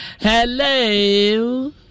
hello